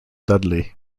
dudley